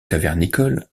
cavernicole